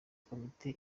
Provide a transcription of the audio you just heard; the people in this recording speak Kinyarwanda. komite